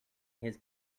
his